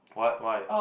what why